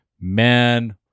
man